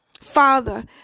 Father